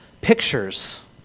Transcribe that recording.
Pictures